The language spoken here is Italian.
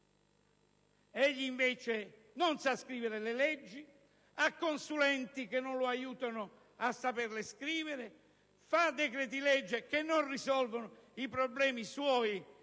Egli invece non sa scrivere le leggi, ha consulenti che non lo aiutano a saperle scrivere, vara decreti-legge che non risolvono i problemi suoi